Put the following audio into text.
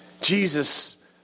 Jesus